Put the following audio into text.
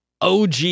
OG